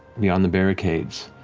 beyond the barricades,